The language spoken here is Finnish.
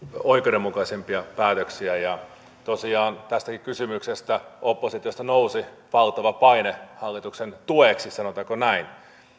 oikeudenmukaisempia päätöksiä tosiaan tästäkin kysymyksestä oppositiosta nousi valtava paine hallituksen tueksi sanotaanko näin